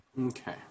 Okay